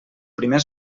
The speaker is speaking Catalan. primer